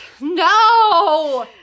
No